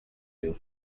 you